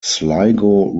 sligo